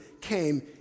came